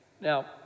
Now